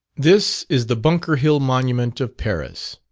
this is the bunker hill monument of paris.